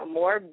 more